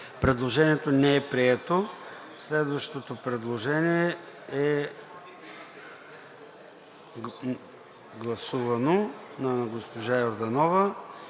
Предложението не е прието. Следващото предложение е гласувано – на госпожа Йорданова.